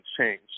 change